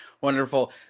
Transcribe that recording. Wonderful